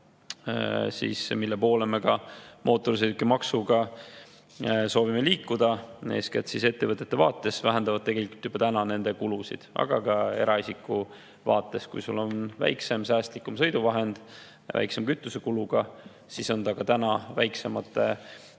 mille poole me ka mootorsõidukimaksuga soovime liikuda, vähendavad eeskätt ettevõtete vaates tegelikult juba täna nende kulusid. Aga ka eraisiku vaates: kui sul on väiksem, säästlikum sõiduvahend väiksema kütusekuluga, siis on see ka praegu väiksemate